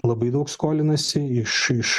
labai daug skolinasi iš